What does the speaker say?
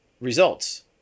results